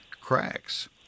cracks